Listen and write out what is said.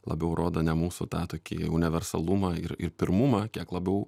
labiau rodo ne mūsų tą tokį universalumą ir ir pirmumą kiek labiau